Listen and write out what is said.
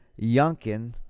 Yunkin